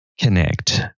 Connect